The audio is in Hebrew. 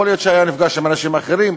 יכול להיות שהיה נפגש עם אנשים אחרים.